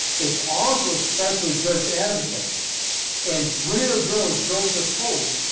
is also a special judge advocate and brigadier general joseph holt,